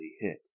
hit